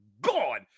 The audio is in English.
God